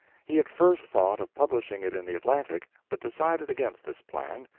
he at first thought of publishing it in the atlantic, but decided against this plan.